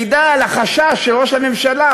מעידה על החשש של ראש הממשלה,